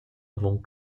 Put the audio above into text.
avon